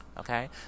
Okay